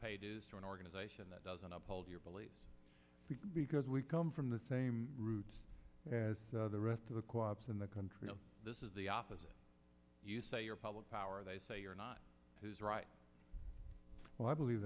dues to an organization that doesn't absolve your beliefs because we come from the same roots as the rest of the co ops in the country and this is the opposite you say your public power they say you're not who's right well i believe